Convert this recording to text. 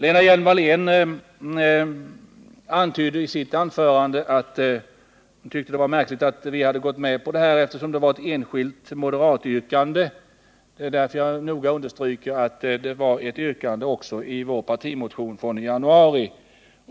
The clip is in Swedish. Lena Hjelm-Wallén antydde i sitt anförande att hon tyckte det var märkligt att vi hade gått med på detta, eftersom det var ett enskilt moderatyrkande. Det är därför som jag noga understryker att det var ett yrkande också i vår partimotion från januari.